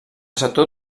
sector